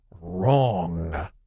wrong